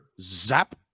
zap